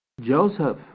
Joseph